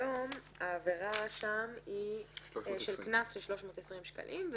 היום העבירה שם היא קנס של 320 שקלים.